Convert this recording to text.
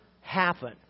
happen